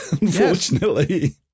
unfortunately